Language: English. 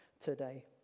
today